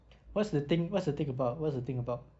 what's the thing what's the thing about what's the thing about